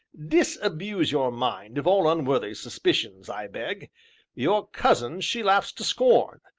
disabuse your mind of all unworthy suspicions, i beg your cousin she laughs to scorn,